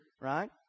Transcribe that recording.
right